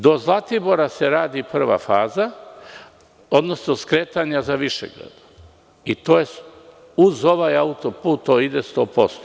Do Zlatibora se radi prva faza, odnosno skretanja za Višegrad, i to uz ovaj autoput ide 100%